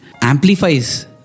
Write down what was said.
amplifies